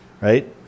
right